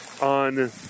on